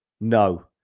no